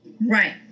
Right